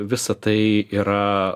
visa tai yra